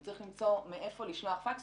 הוא צריך למצוא מאיפה לשלוח פקס.